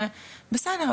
בסדר,